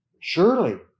Surely